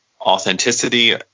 authenticity